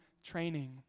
Training